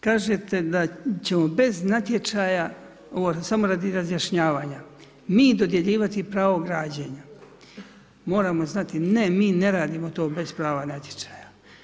Kažete da ćemo bez natječaja, ovo je samo radi razjašnjavanja, mi dodjeljivati pravo građenja, moramo znati, ne mi ne radimo to bez prava natječaja.